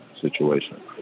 situation